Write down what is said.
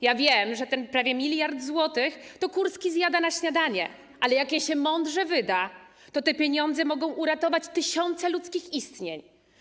Ja wiem, że ten prawie 1 mld zł to Kurski zjada na śniadanie, ale jak je się mądrze wyda, to te pieniądze mogą uratować tysiące ludzkich istnień.